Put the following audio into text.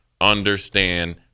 understand